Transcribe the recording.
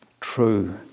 true